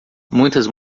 muitas